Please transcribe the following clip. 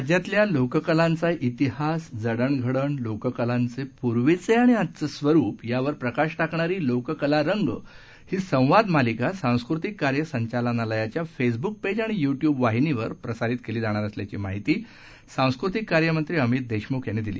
राज्यातल्या लोककलांचा ध्तिहास जडणघडण लोककलांचे पूर्वीचे आणि आजचे स्वरूप यावर प्रकाश टाकणारी लोककला रंग ही संवाद मालिका सांस्कृतिक कार्य संचालनालयाच्या फेसबुक पेज आणि यू ट्यूब वाहिनीवर प्रसारित केलं जाणार असल्याची माहिती सांस्कृतिक कार्य मंत्री अमित देशमुख यांनी दिली